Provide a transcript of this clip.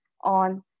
on